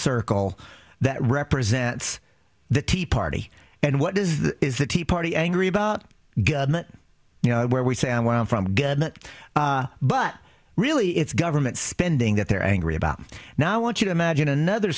circle that represents the tea party and what is the is the tea party angry about you know where we say and what i'm from again but really it's government spending that they're angry about now i want you to imagine another